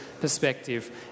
perspective